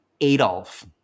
Adolf